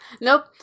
nope